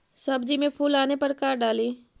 सब्जी मे फूल आने पर का डाली?